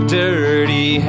dirty